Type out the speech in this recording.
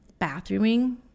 Bathrooming